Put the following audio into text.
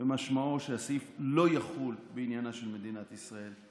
ומשמעה שהסעיף לא יחול בעניינה של מדינת ישראל.